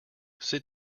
sit